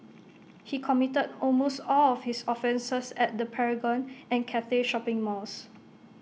he committed almost all of his offences at the Paragon and Cathay shopping malls